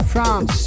France